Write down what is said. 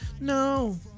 No